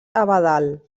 abadal